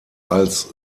als